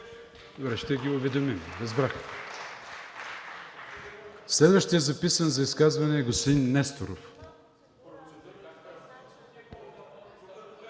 Добре, ще ги уведомим, разбрах. Следващият записан за изказване е господин Несторов.